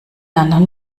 anderen